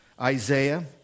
Isaiah